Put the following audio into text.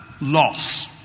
loss